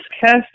cast